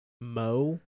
Mo